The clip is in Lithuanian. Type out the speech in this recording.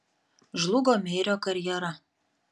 žlugo meirio karjera